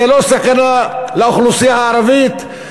זו לא סכנה לאוכלוסייה הערבית,